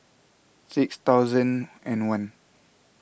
six thousand and one